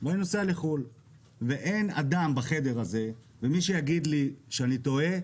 ואני נוסע לחוץ לארץ ואין אדם בחדר הזה ומי שיגיד לי שאני טועה,